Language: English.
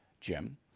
Jim